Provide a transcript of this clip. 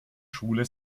schule